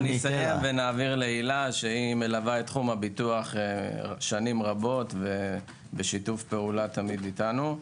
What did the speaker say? נעביר להילה שמלווה את תחום הביטוח שנים רבות בשיתוף פעולה אתנו תמיד.